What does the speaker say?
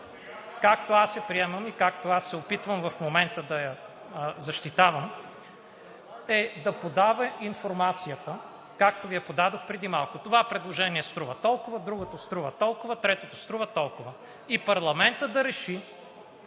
както я приемам и както се опитвам в момента да я защитавам, е да подава информацията, както Ви я подадох преди малко – това предложение струва толкова, другото струва толкова, третото струва толкова, и парламентът да реши